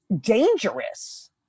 dangerous